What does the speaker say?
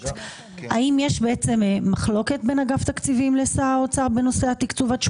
האם יש בעצם מחלוקת בין אגף תקציבים לשר האוצר בנושא התקצוב עד 18?